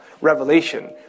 revelation